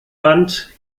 band